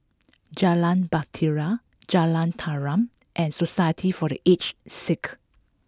Jalan Bahtera Jalan Tarum and Society for the Aged Sick